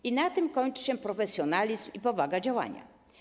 I na tym kończy się profesjonalizm i powaga działania.